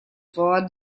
for